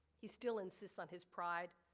he's still insists on his pride.